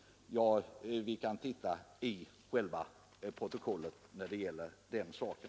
Vi kan ju titta i protokollet när det gäller den saken.